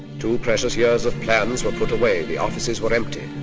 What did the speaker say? two precious years of plans were put away, the offices were empty,